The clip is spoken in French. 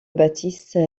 baptiste